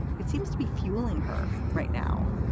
it seems to be fueling her right now.